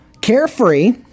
Carefree